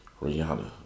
Rihanna